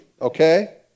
okay